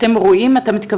אתם רואים אותם?